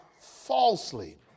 falsely